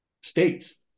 states